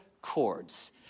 chords